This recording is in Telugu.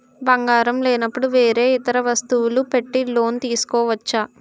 బంగారం లేనపుడు వేరే ఇతర వస్తువులు పెట్టి లోన్ తీసుకోవచ్చా?